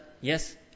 Yes